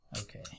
Okay